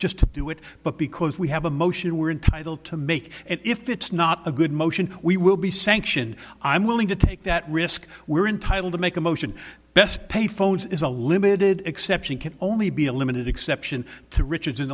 just to do it but because we have a motion we're entitled to make and if it's not a good motion we will be sanctioned i'm willing to take that risk we're entitled to make a motion best payphones is a limited exception can only be a limited exception to richard